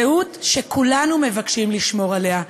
זהות שכולנו מבקשים לשמור עליה.